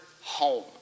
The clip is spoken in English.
home